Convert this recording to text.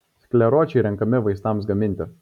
skleročiai renkami vaistams gaminti